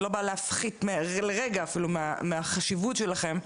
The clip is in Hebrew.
זה לא בא להפחית לרגע אפילו מהחשיבות שלכם,